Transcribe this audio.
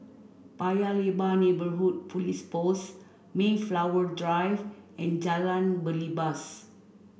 Paya Lebar Neighbourhood Police Post Mayflower Drive and Jalan Belibas